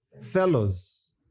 fellows